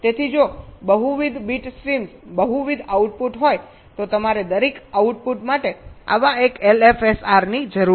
તેથી જો બહુવિધ બીટ સ્ટ્રીમ બહુવિધ આઉટપુટ હોય તો તમારે દરેક આઉટપુટ માટે આવા એક LFSR ની જરૂર છે